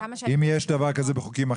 אם יש דבר כזה בחוקים אחרים,